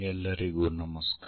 ಎಲ್ಲರಿಗೂ ನಮಸ್ಕಾರ